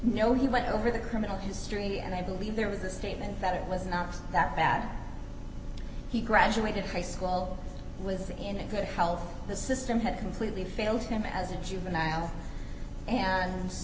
know he went over the criminal history and i believe there was a statement that it was not that bad he graduated high school with and could help the system had completely failed him as a juvenile hand